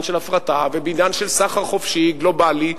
של הפרטה ובעידן של סחר חופשי גלובלי.